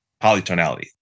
polytonality